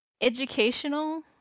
educational